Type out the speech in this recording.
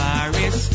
Paris